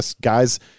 guys